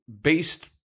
based